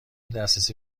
دسترسی